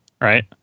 right